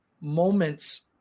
moments